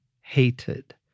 hated